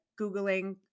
Googling